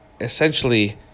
essentially